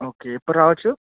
okay ఎప్పుడు రావచ్చు